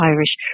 Irish